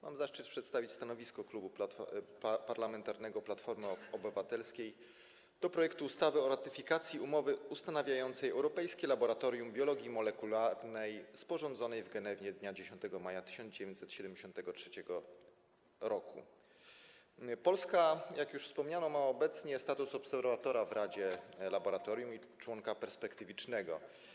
Mam zaszczyt przedstawić stanowisko Klubu Parlamentarnego Platforma Obywatelska wobec projektu ustawy o ratyfikacji Umowy ustanawiającej Europejskie Laboratorium Biologii Molekularnej, sporządzonej w Genewie dnia 10 maja 1973 r. Polska, jak już wspomniano, ma obecnie status obserwatora w radzie laboratorium i członka perspektywicznego.